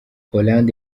hollande